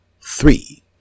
three